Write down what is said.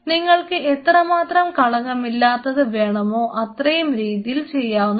നിങ്ങൾക്ക് എത്രമാത്രം കളങ്കമില്ലാത്തത് വേണമോ അത്രയും രീതിയിൽ ചെയ്യാവുന്നതാണ്